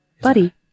Buddy